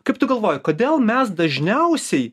kaip tu galvoji kodėl mes dažniausiai